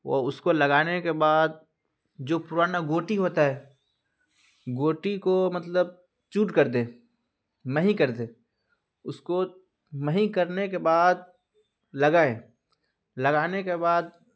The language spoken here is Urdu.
وہ اس کو لگانے کے بعد جو پرانا گوٹی ہوتا ہے گوٹی کو مطلب چور کر دے مہی کر دے اس کو مہی کرنے کے بعد لگائے لگانے کے بعد